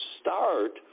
start